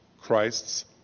Christ's